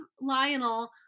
Lionel